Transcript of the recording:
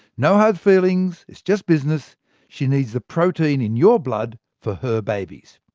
no hard feelings, it's just business she needs the protein in your blood for her babies.